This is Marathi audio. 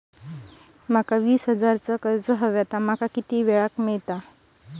माका वीस हजार चा कर्ज हव्या ता माका किती वेळा क मिळात?